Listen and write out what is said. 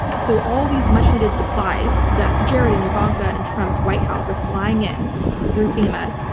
so all these much-needed supplies that jared and ivanka and trump's white house are flying in through fema,